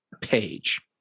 page